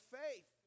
faith